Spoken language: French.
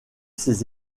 ses